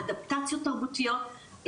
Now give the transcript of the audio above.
אדפטציות תרבותיות,